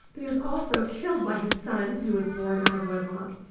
but he was also killed by his son, who was born out of wedlock,